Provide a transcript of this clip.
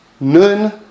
Nun